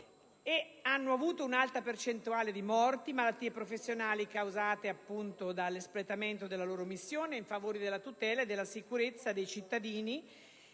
e hanno avuto un'alta percentuale di morti e malattie professionali causate dall'espletamento della loro missione in favore della tutela e della sicurezza dei cittadini